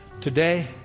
today